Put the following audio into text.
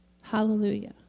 Hallelujah